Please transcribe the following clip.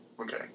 Okay